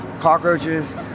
cockroaches